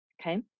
Okay